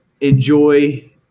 enjoy